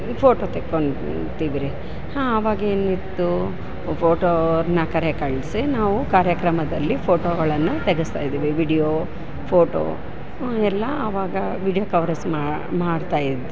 photo ತೆಕ್ಕೊಂತೀವ್ರಿ ಹಾಂ ಅವಾಗೇನಿತ್ತು ಫೋಟೋ ಅವ್ರ್ನ ಕರೆ ಕರ್ಸಿ ನಾವು ಕಾರ್ಯಕ್ರಮದಲ್ಲಿ ಫೋಟೋಗಳನ್ನ ತೆಗಸ್ತಾಯಿದ್ವಿ ವೀಡಿಯೋ ಫೋಟೋ ಎಲ್ಲ ಅವಾಗ ವೀಡಿಯೋ ಕವ್ರೇಜ್ ಮಾಡಿ ಮಾಡ್ತಾಯಿದ್ವಿ